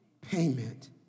Payment